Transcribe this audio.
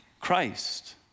Christ